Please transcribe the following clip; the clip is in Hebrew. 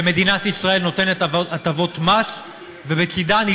שמדינת ישראל נותנת הטבות מס ובצדן היא